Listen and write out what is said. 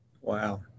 Wow